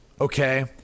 okay